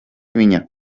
viņa